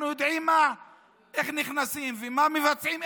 אנחנו יודעים איך נכנסים ומה מבצעים,